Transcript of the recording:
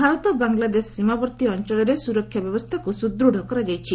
ଭାରତ ବାଂଲାଦେଶ ସୀମାବର୍ତ୍ତୀ ଅଞ୍ଚଳରେ ସୁରକ୍ଷା ବ୍ୟବସ୍ଥାକୁ ସୁଦୃତ୍ କରାଯାଇଛି